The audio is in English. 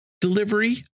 delivery